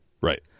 Right